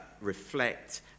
reflect